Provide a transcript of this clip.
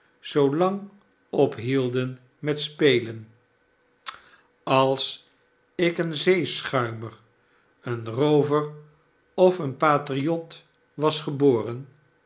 ophielden met spelen als ik een zeeschuimer een roover of patriot was geboren